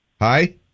Hi